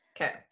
okay